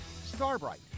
Starbright